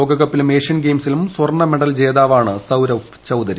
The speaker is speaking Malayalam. ലോകകപ്പിലും ഏഷ്യൻ ഗെയിംസിലും സ്വർണ്ണമെഡൽ ജേതാവാണ് സൌരഭ് ചൌധരി